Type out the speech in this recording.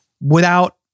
without-